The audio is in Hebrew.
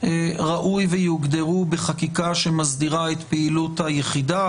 ראוי שתוגדר בחקיקה הסדרת פעילות היחידה?